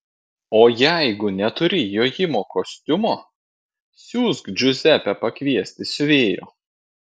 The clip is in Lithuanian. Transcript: o jeigu neturi jojimo kostiumo siųsk džiuzepę pakviesti siuvėjo